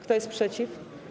Kto jest przeciw?